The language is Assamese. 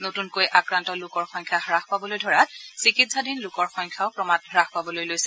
নতুনকৈ আক্ৰান্ত লোকৰ সংখ্যা হ্যাস পাবলৈ ধৰাত চিকিৎসাধীন লোকৰ সংখ্যাও ক্ৰমাৎ হ্ৱাস পাবলৈ ধৰিছে